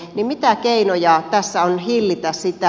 mitä keinoja tässä on hillitä sitä